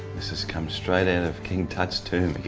this has come straight out of king tut's tomb.